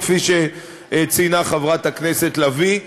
כפי שציינה חברת הכנסת לביא.